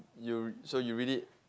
you so you really